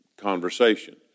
conversation